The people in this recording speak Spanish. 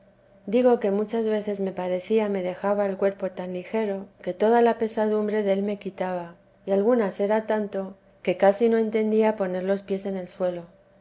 digo que muchas veces me parecía me dejaba el cuerpo tan ligero que toda la pesadumteresa de ti bre del me quitaba y algunas era tanto que casi no entendía poner los pies en el suelo